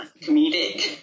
comedic